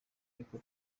y’uko